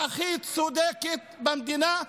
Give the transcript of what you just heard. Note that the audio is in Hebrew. היא הכי צודקת במדינה,